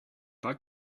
like